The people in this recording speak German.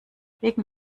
wegen